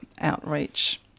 outreach